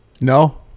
no